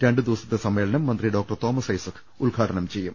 രണ്ട് ദിവസത്തെ സമ്മേളനം മന്ത്രി ഡോക്ടർ തോമസ് ഐസക് ഉദ്ഘാടനം ചെയ്യും